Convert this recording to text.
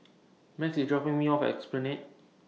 Max IS dropping Me off At Esplanade